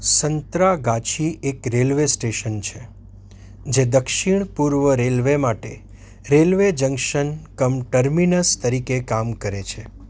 સંતરાગાછી એક railway station છે જે દક્ષિણ પૂર્વ રેલવે માટે રેલવે જંક્શન કમ ટર્મિનસ તરીકે કામ કરે છે